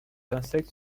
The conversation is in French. insecte